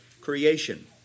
creation